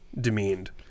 demeaned